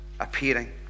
appearing